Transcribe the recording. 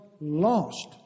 lost